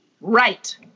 Right